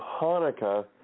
Hanukkah